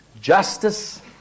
justice